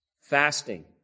fasting